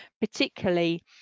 particularly